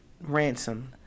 ransom